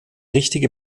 richtige